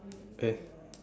eh